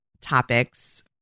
topics